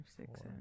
six